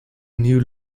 new